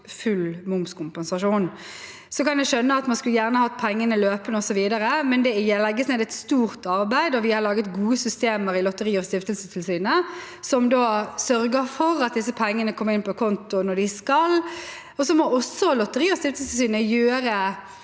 full momskompensasjon. Jeg kan skjønne at man gjerne skulle hatt pengene løpende, men det legges ned et stort arbeid, og vi har laget gode systemer i Lotteri- og stiftelsestilsynet som sørger for at disse pengene kommer inn på konto når de skal. Lotteri- og stiftelsestilsynet må også gjøre